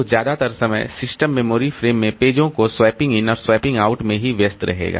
तो ज्यादातर समय सिस्टम मेमोरी फ्रेम में पेजों को स्वैपिंग इन और स्वैपिंग आउट में ही व्यस्त रहेगा